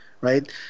right